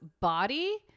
body